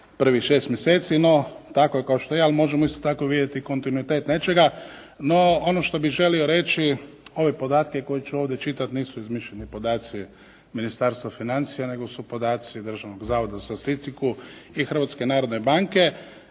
prvih 6 mjeseci no tako je kao što je. Ali možemo isto tako vidjeti kontinuitet nečega. No ono što bih želio reći ove podatke koje ću ovdje čitati nisu izmišljeni podaci Ministarstva financija nego su podaci Državnog zavoda za statistiku i Hrvatske narodne banke